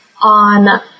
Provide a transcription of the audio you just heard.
on